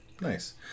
Nice